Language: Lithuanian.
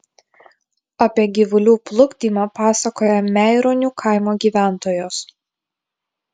apie gyvulių plukdymą pasakoja meironių kaimo gyventojos